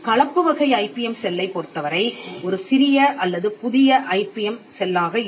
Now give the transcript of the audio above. கலப்பு வகை ஐபிஎம் செல்லைப் பொருத்தவரை ஒரு சிறிய அல்லது புதிய ஐபிஎம் செல்லாக இருக்கும்